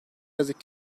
yazık